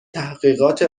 تحقیقات